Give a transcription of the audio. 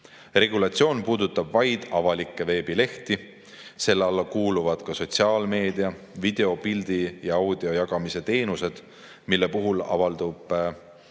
Regulatsioon puudutab vaid avalikke veebilehti, selle alla kuuluvad ka sotsiaalmeedia, videopildi ja audio jagamise teenused, mille puhul avaldab